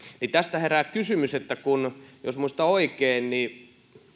tästä herää kysymys jos muistan oikein niin